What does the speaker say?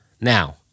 Now